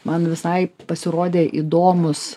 man visai pasirodė įdomus